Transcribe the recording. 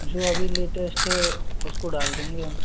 जो अभी लेटेस्ट है उसको डाल देंगे हम